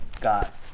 got